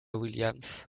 williams